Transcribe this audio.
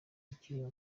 ukiri